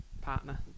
partner